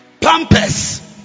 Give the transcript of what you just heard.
pampers